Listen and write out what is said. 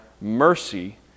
mercy